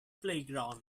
playground